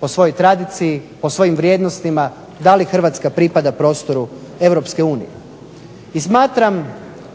po svojoj tradiciji, po svojim vrijednostima da li Hrvatska pripada prostoru